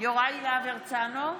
יוראי להב הרצנו,